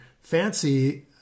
fancy